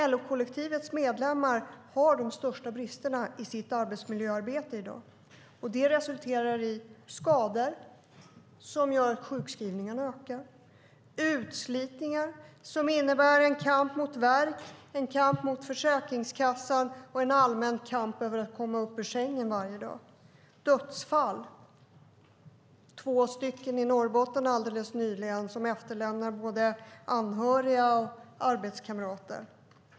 LO-kollektivets medlemmar har de största bristerna i sin arbetsmiljö i dag, och det resulterar i skador som gör att sjukskrivningarna ökar och i utslitning som innebär en kamp mot värk, en kamp mot Försäkringskassan och en allmän kamp för att komma upp ur sängen varje dag. Det är dödsfall - två stycken i Norrbotten nyligen som efterlämnade både anhöriga och arbetskamrater.